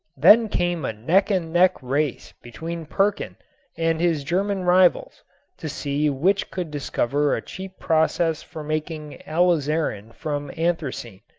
then came a neck-and-neck race between perkin and his german rivals to see which could discover a cheap process for making alizarin from anthracene.